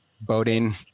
boating